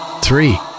Three